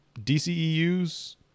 dceus